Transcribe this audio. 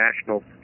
national